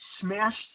smashed